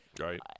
Right